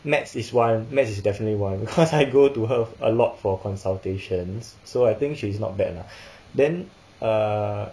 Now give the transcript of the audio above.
maths is one maths is definitely one cause I go to her a lot for consultations so I think she is not bad lah then err